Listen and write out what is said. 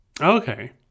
Okay